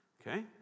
Okay